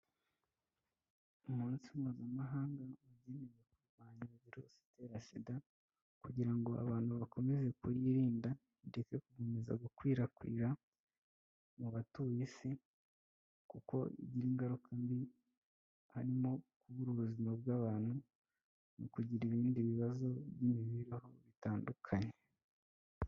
Umunsi mpuzamahanga ugenewe kurwanya virusi itera sida kugira ngo abantu bakomeze kuyirinda ndetse gukomeza gukwirakwira mu batuye isi kuko igira ingaruka mbi harimo kubura ubuzima bw'abantu mu kugira ibindi bibazo by'imibereho bitandukanye.